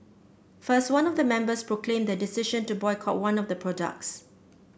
first one of the members proclaimed their decision to boycott one of the products